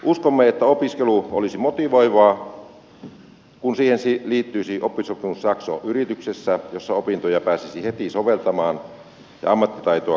uskomme että opiskelu olisi motivoivaa kun siihen liittyisi oppisopimusjakso yrityksessä jossa opintoja pääsisi heti soveltamaan ja ammattitaitoa kartuttamaan